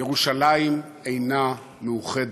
ירושלים אינה מאוחדת.